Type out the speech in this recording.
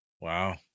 Wow